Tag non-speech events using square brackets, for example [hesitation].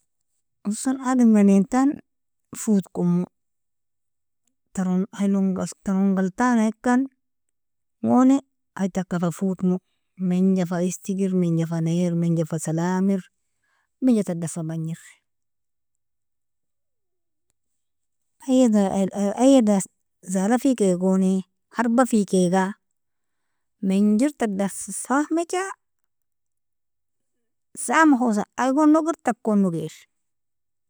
Hosen adamga nentan footkomo, taron [hesitation] galtana ikan goni ie taka fafootmo minja fa isigr minja fa ner minja fa salamer minja tadan fa bajner iea da zala fikaigoni harb fikiga minjer, tadan fahamija samhosa igon noger takon noga.